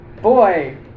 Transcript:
Boy